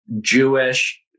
Jewish